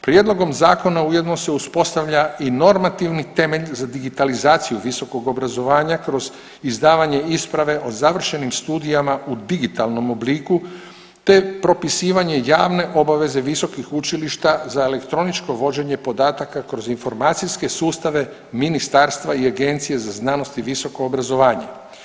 Prijedlogom zakona ujedno se uspostavlja i normativni temelj za digitalizaciju visokog obrazovanja kroz izdavanje isprave o završenim studijama u digitalnom obliku, te propisivanje javne obaveze visokih učilišta za elektroničko vođenje podatak kroz informacijske sustave ministarstva i Agencije za znanost i visoko obrazovanje.